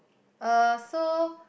uh so